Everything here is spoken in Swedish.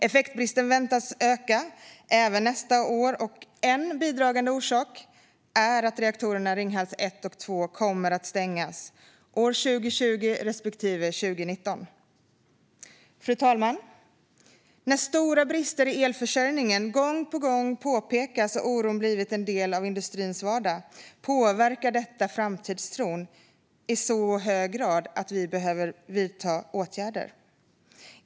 Effektbristen väntas öka även nästa år, och en bidragande orsak är att reaktorerna Ringhals 1 och 2 kommer att stängas år 2020 respektive 2019. Fru talman! När stora brister i elförsörjningen gång på gång påpekas och oron blivit en del av industrins vardag påverkar det framtidstron i så hög grad att vi behöver vidta åtgärder.